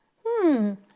hmm,